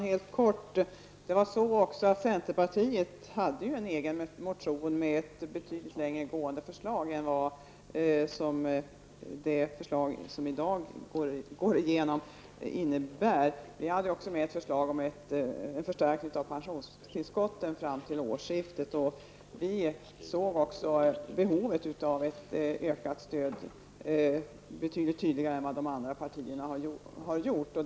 Herr talman! Centerpartiet hade en egen motion med ett betydligt mer långtgående förslag än det förslag som i dag går igenom. Vi hade även med ett förslag om en förstärkning av pensiontillskotten fram till årsskiftet. Vi såg behovet av ett ökat stöd betydligt tidigare än vad de andra partierna gjorde.